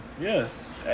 Yes